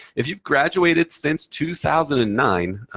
if you've graduated since two thousand and nine,